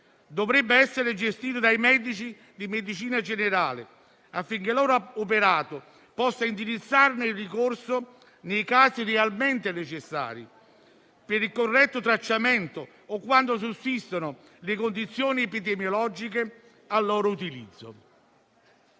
dovrebbe essere gestito dai medici di medicina generale affinché il loro operato possa indirizzarne il ricorso nei casi realmente necessari per il corretto tracciamento o quando sussistono le condizioni epidemiologiche al loro utilizzo.